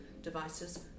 devices